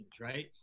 right